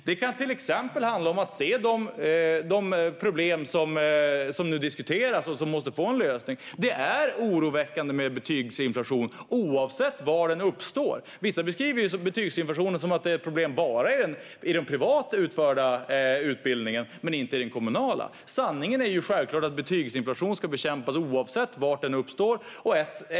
Det kan till exempel handla om att se de problem som nu diskuteras och som måste få en lösning. Det är oroväckande med betygsinflation, oavsett var den uppstår. Vissa beskriver betygsinflation som att det är ett problem bara i den privat utförda utbildningen men inte i den kommunala. Sanningen är självfallet att betygsinflation ska bekämpas oavsett var den uppstår.